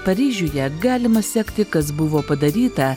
paryžiuje galima sekti kas buvo padaryta